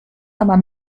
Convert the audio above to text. aber